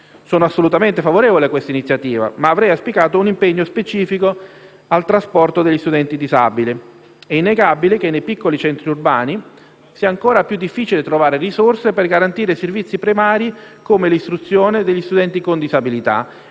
Sono assolutamente favorevole a questa iniziativa, ma avrei auspicato un impegno specifico per il trasporto degli studenti disabili. È innegabile che nei piccoli centri urbani sia ancora più difficile trovare risorse per garantire servizi primari come l'istruzione degli studenti con disabilità.